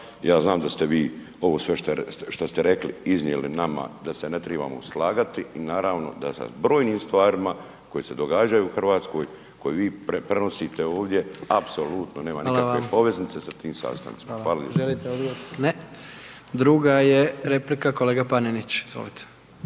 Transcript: ja znam da ste vi ovo sve šta ste rekli iznijeli nama da se ne tribamo slagati i naravno da sa brojnim stvarima koje se događaju u RH koju vi prenosite ovdje, apsolutno nema nikakve …/Upadica: Hvala vam/… poveznice sa tim sastancima. Hvala